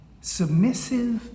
submissive